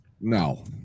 No